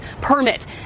permit